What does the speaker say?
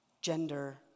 gender